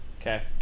Okay